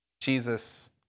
Jesus